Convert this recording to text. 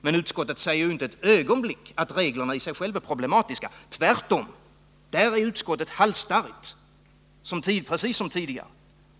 Men utskottet säger inte ett ögonblick att reglerna i sig själva är problematiska, tvärtom. Därvidlag är utskottet halsstarrigt, precis som tidigare.